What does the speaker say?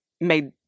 made